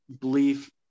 belief